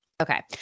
Okay